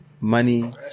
money